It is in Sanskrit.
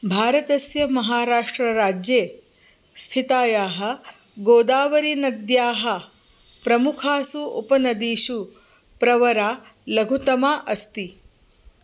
भारतस्य महाराष्ट्रराज्ये स्थितायाः गोदावरीनद्याः प्रमुखासु उपनदीषु प्रवरा लघुतमा अस्ति